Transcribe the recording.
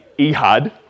Ehud